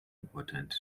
important